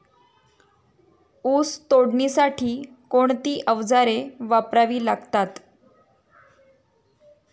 ऊस तोडणीसाठी कोणती अवजारे वापरावी लागतात?